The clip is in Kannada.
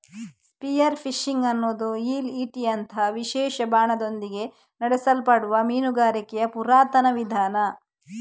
ಸ್ಪಿಯರ್ ಫಿಶಿಂಗ್ ಅನ್ನುದು ಈಲ್ ಈಟಿಯಂತಹ ವಿಶೇಷ ಬಾಣದೊಂದಿಗೆ ನಡೆಸಲ್ಪಡುವ ಮೀನುಗಾರಿಕೆಯ ಪುರಾತನ ವಿಧಾನ